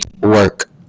work